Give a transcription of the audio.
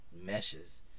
meshes